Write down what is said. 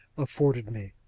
afforded me.